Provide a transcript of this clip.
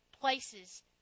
places